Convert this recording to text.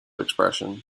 expression